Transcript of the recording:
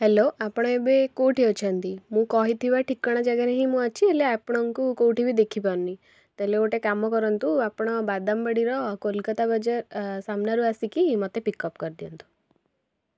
hello ଆପଣ ଏବେ କେଉଁଠି ଅଛନ୍ତି ମୁଁ କହିଥିବା ଠିକଣା ଜାଗାରେ ହିଁ ମୁଁ ଅଛି ହେଲେ ଆପଣଙ୍କୁ କେଉଁଠି ବି ଦେଖିପାରୁନି ତା'ହେଲେ ଗୋଟେ କାମ କରନ୍ତୁ ଆପଣ ବାଦାମବାଡ଼ିର କୋଲକତା ବଜାର ସାମ୍ନାରେ ଆସିକି ମୋତେ ପିକ୍ ଅପ୍ କରିଦିଅନ୍ତୁ